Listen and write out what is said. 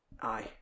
aye